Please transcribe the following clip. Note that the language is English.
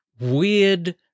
weird